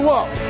up